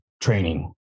training